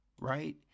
right